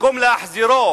במקום להחזירו